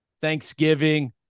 Thanksgiving